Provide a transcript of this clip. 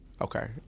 Okay